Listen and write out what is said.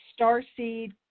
starseed